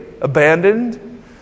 abandoned